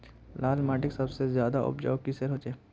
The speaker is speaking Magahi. लाल माटित सबसे ज्यादा उपजाऊ किसेर होचए?